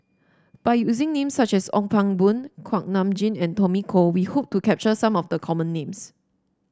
by using names such as Ong Pang Boon Kuak Nam Jin and Tommy Koh we hope to capture some of the common names